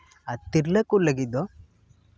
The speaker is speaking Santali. ᱟᱨ ᱛᱤᱨᱞᱟᱹ ᱠᱚ ᱞᱟᱹᱜᱤᱫ ᱫᱚ